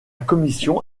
commission